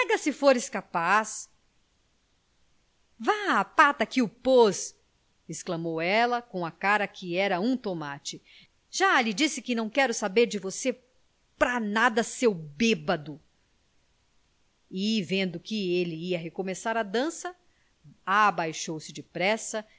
se fores capaz vá à pata que o pôs exclamou ela com a cara que era um tomate já lhe disse que não quero saber de você pra nada seu bêbedo e vendo que ele ia recomeçar a dança abaixou-se depressa